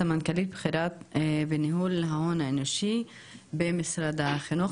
סמנכ"לית בכירה בניהול ההון האנושי במשרד החינוך,